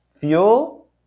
fuel